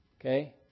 Okay